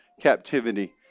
captivity